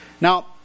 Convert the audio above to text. Now